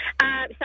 Sorry